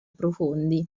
profondi